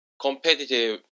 competitive